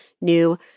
new